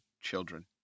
children